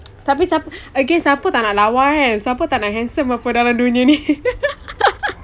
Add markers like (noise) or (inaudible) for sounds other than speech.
tapi sap~ okay siapa tak nak lawa kan siapa tak nak handsome buat apa dalam dunia ni (laughs)